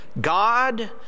God